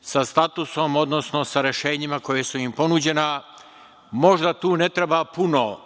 sa statusom, odnosno sa rešenjima koja su im ponuđena. Možda tu ne treba puno